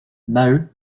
maheu